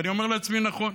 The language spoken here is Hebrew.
ואני אומר לעצמי: נכון,